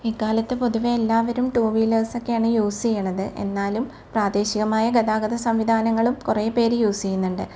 ഇക്കാലത്ത് പൊതുവെ എല്ലാവരും ടു വീലേസക്കെയാണ് യൂസ് ചെയ്യുന്നത് എന്നാലും പ്രാദേശികമായ ഗതാഗത സംവിധാനങ്ങളും കുറെ പേര് യൂസ് ചെയ്യുന്നുണ്ട്